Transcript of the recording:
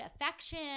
affection